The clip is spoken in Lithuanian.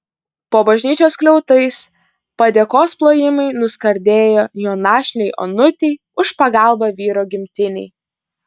po bažnyčios skliautais padėkos plojimai nuskardėjo jo našlei onutei už pagalbą vyro gimtinei